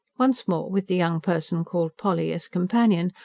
once more with the young person called polly as companion,